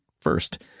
first